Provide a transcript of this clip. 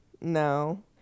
no